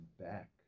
back